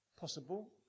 Possible